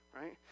right